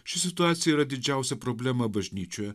ši situacija yra didžiausia problema bažnyčioje